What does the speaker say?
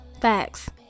Facts